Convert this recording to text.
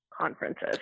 conferences